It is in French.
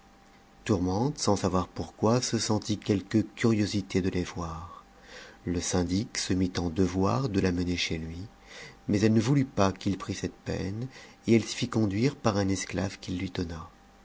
tourmente sans savoir pourquoi se sentit quelque curiosité de les voir le syndic se mit en devoir de la mener chez lui mais elle ne voulut pas qu'il prît cette peine et elle s'y fit conduire par un esclave qu'il lui